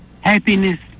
happiness